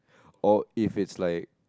or if it's like